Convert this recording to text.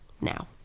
now